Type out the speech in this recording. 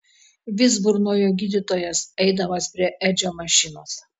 vis burnojo gydytojas eidamas prie edžio mašinos